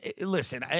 listen